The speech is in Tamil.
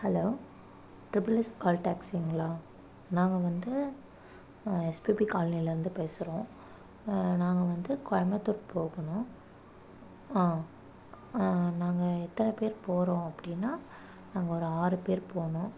ஹலோ ட்ரிபுள் எஸ் கால் டேக்ஸிங்களா நாங்கள் வந்து எஸ்பிபி காலனியிலருந்து பேசுகிறோம் நாங்கள் வந்து கோயம்பத்தூர் போகணும் ஆ நாங்கள் எத்தனைப்பேர் போகிறோம் அப்படின்னா நாங்கள் ஒரு ஆறுப்பேர் போகணும்